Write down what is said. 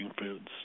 foods